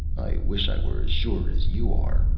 i wish i were as sure as you are,